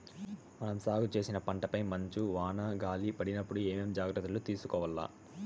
మనం సాగు చేసిన పంటపై మంచు, వాన, గాలి పడినప్పుడు ఏమేం జాగ్రత్తలు తీసుకోవల్ల?